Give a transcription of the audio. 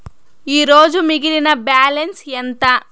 ఈరోజు మిగిలిన బ్యాలెన్స్ ఎంత?